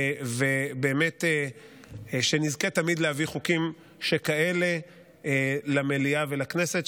ובאמת שנזכה תמיד להביא חוקים שכאלה למליאה ולכנסת,